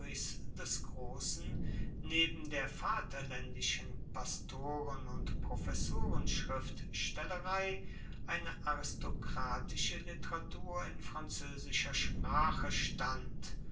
des grossen neben der vaterlaendischen pastoren und professorenschriftstellerei eine aristokratische literatur in franzoesischer sprache stand